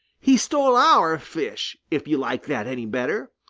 he stole our fish, if you like that any better.